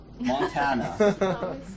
Montana